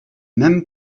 même